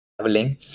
traveling